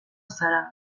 zara